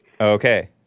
Okay